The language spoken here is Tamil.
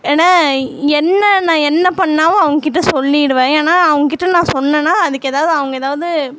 ஏன்னா என்ன நான் என்ன பண்ணாவும் அவங்கக்கிட்ட சொல்லிடுவேன் ஏன்னா அவங்கக்கிட்ட நான் சொன்னேன்னா அதுக்கு ஏதாவது அவங்க ஏதாவது